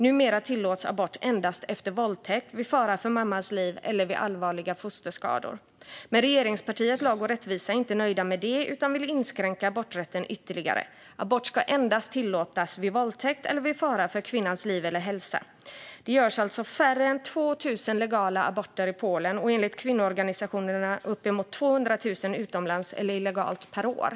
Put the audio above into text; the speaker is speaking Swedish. Numera tillåts abort endast efter våldtäkt, vid fara för mammans liv eller vid allvarliga fosterskador. Men regeringspartiet Lag och rättvisa är inte nöjda med detta utan vill inskränka aborträtten ytterligare. Abort ska endast tillåtas efter våldtäkt eller vid fara för kvinnans liv eller hälsa. Det görs färre än 2 000 legala aborter i Polen, och enligt kvinnoorganisationerna uppemot 200 000 utomlands eller illegalt per år.